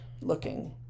looking